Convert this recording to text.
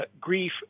grief